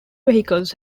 vehicles